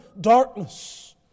darkness